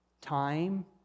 Time